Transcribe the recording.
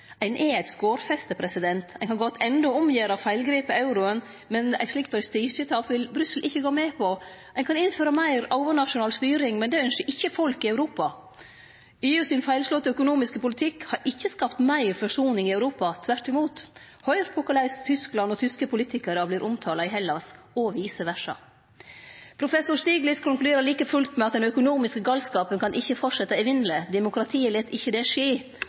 Ein er i eit skorfeste. Ein kan gå attende og gjere om feilgrepet euroen, men eit slikt prestisjetap vil Brussel ikkje gå med på. Ein kan innføre enda meir overnasjonal styring, men det ynskjer ikkje folket i Europa. EUs feilslåtte økonomiske politikk har ikkje skapt meir forsoning i Europa – tvert imot. Høyr på korleis Tyskland og tyske politikarar vert omtala i Hellas, og vice versa. Professor Stiglitz konkluderer like fullt med at den økonomiske galskapen ikkje kan fortsetje evinneleg. Demokratiet lèt ikkje det skje.